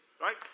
right